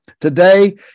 Today